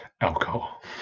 alcohol